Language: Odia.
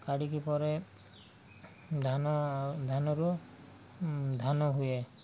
କାଢ଼ିକି ପରେ ଧାନ ଧାନରୁ ଧାନ ହୁଏ